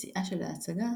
בשיאה של ההצגה,